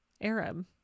Arab